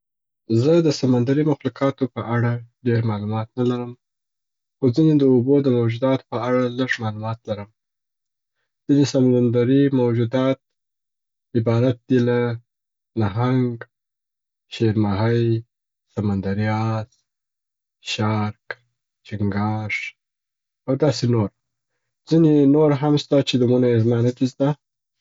زه د سمندري مخلوقاتو په اړه ډېر معلومات نه لرم خو ځیني د اوبو د موجوداتو په اړه لږ معلومات لرم. ځیني سمندرې موجودات عبارت دي له نهنګ، شیر ماهۍ، سمندري اس، شارک، چنګاښ، او داسي نور. ځیني نور هم سته چې نمونه یې زما نه دي زده.